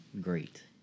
great